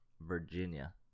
Virginia